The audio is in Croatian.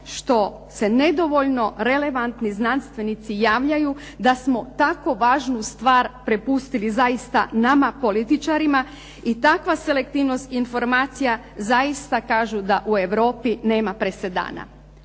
što se nedovoljno relevantni znanstvenici javljaju da smo tako važnu stvar prepustili zaista nama političarima i takva selektivnost informacija zaista kažu da u Europi nema presedana.